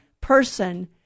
person